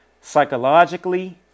Psychologically